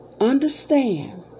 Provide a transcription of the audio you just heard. understand